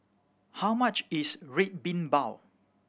how much is Red Bean Bao